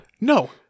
No